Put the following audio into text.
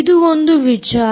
ಇದು ಒಂದು ವಿಚಾರ